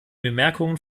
bemerkungen